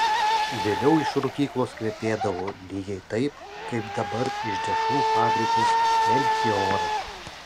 vėliau iš rūkyklos kvepėdavo lygiai taip kaip dabar iš dešrų fabriko melchioras